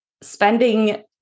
spending